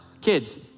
kids